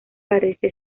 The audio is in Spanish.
parece